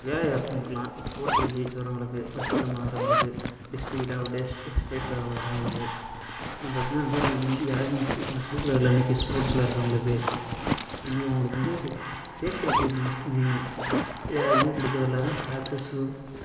வேலை வாய்ப்பும் கொடுக்கலாம் ஸ்போர்ட்ஸில் ஜெயித்து வரவங்களுக்கு ஃபஸ்ட்டு இடமா வரவங்களுக்கு டிஸ்டிக் லெவலு ஸ்டே ஸ்டேட் லெவல் வரவங்களுக்கு வந்து யாருமே முக்கியத்துவம் கொடுக்குறதில்ல இன்றைக்கி ஸ்போர்ட்டில் இருக்கிறவங்களுக்கு அதனால் அவங்களுக்கு வந்து சேஃப்டி எக்யூப்மெண்ட்ஸ் மெயின்னு யாருமே கொடுக்கவே இல்லை சாக்ஸு ஷூ